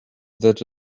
that